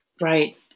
right